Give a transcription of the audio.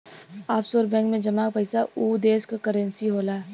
offshore bank में जमा पइसा उ देश क करेंसी होला